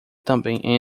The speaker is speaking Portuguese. também